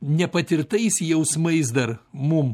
nepatirtais jausmais dar mum